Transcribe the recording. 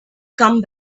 come